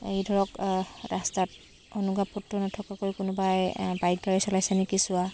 এই ধৰক ৰাস্তাত অনুজ্ঞা পত্ৰ নথকাকৈ কোনোবাই বাইক গাড়ী চলাইছে নেকি চোৱা